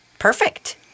Perfect